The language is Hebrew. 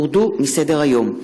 הורדו מסדר-היום.